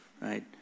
right